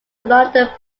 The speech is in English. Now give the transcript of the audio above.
london